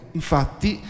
infatti